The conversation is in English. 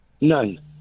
None